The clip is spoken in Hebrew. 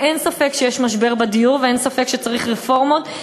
ואין ספק שיש משבר בדיור, ואין ספק שצריך רפורמות,